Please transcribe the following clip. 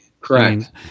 correct